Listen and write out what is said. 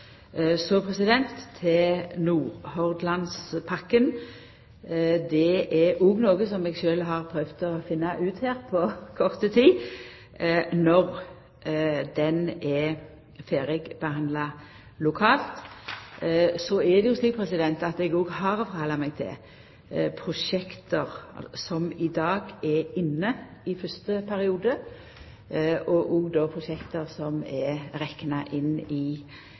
har sjølv prøvd å finna ut – på kort tid – når han er ferdigbehandla lokalt. Så er det slik at eg må halda meg til prosjekt som i dag ligg inne i fyrste periode, og òg til prosjekt som er rekna inn